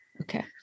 Okay